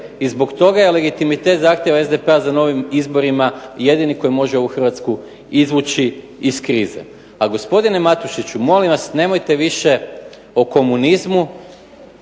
i zbog toga je legitimitet zahtjeva SDP-a za novim izborima jedini koji može ovu Hrvatsku izvući iz krize. A gospodine Matušiću, molim vas nemojte više o komunizmu.